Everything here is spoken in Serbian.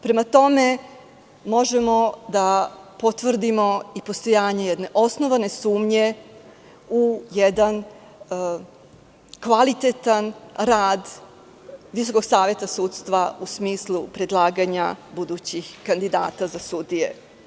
Prema tome, možemo da potvrdimo i postojanje jedne osnovane sumnje u jedan kvalitetan rad Visokog saveta sudstva, u smislu predlaganja budućih kandidata za sudije.